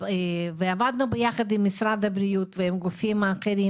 עבדנו ביחד עם משרד הבריאות ועם הגופים האחרים